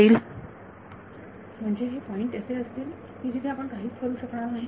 विद्यार्थी सर म्हणजे हे पॉइंट असे असतील की जिथे आपण काहीच करू शकणार नाही